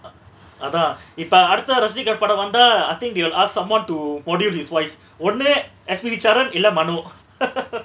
அதா இப்ப அடுத்த:atha ippa adutha rajanikhanth படம் வந்தா:padam vantha I think they will ask someone to modif~ his voice ஒன்னு:onnu S_P_P charan இல்ல:illa mano